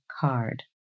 card